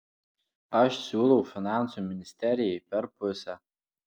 aš siūlau finansų ministerijai per pusę